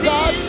God